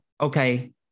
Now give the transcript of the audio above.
okay